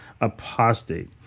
apostate